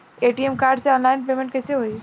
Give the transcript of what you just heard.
ATM card से online payment कैसे होई?